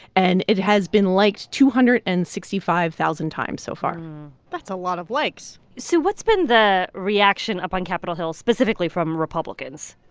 and it has been liked two hundred and sixty five thousand times so far that's a lot of likes sue, what's been the reaction up on capitol hill, specifically from republicans?